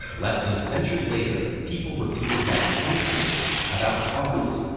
less than a century later, people repeated that same prediction about cars,